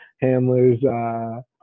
handlers